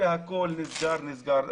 והכול נסגר נסגר.